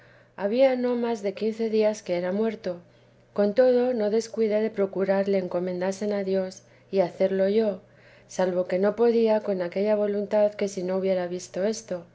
había no más de quince días que era muerto con todo no descuidé de procurar le encomendasen a dios y hacerlo yo salvo que no podía con aquella voluntad que si no hubiera visto esto